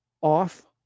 off